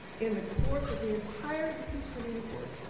in the course of the entire impeachment inquiry,